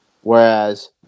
Whereas